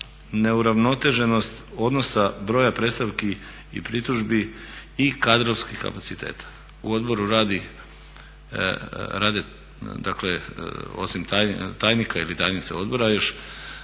neuravnoteženost odnosa broja predstavki i pritužbi i kadrovskih kapaciteta. U odboru radi dakle osim tajnika ili tajnice odbora još